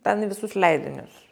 ten į visus leidinius